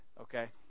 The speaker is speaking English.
okay